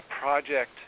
project